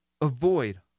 avoid